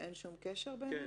שאין שום קשר ביניהן?